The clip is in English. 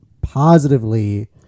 positively